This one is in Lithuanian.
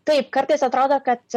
taip kartais atrodo kad